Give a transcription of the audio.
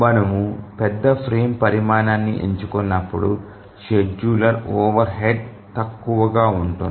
మనము పెద్ద ఫ్రేమ్ పరిమాణాన్ని ఎంచుకున్నప్పుడు షెడ్యూలర్ ఓవర్ హెడ్ తక్కువగా ఉంటుంది